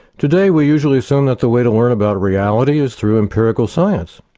today we usually assume that the way to learn about reality is through empirical science.